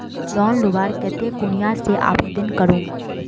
Loan लुबार केते कुनियाँ से आवेदन करूम?